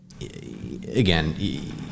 Again